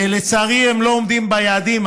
לצערי הם לא עומדים ביעדים,